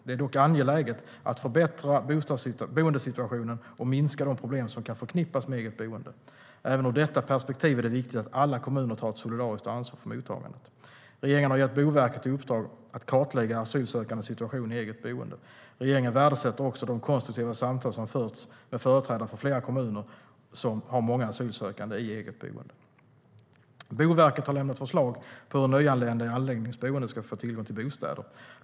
Det är dock angeläget att förbättra boendesituationen och minska de problem som kan förknippas med eget boende. Även ur detta perspektiv är det viktigt att alla kommuner tar ett solidariskt ansvar för mottagandet. Regeringen har gett Boverket i uppdrag att kartlägga asylsökandes situation i eget boende. Regeringen värdesätter också de konstruktiva samtal som förts med företrädare för flera kommuner som har många asylsökande i eget boende. Boverket har lämnat förslag på hur nyanlända i anläggningsboenden ska få tillgång till bostäder.